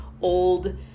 old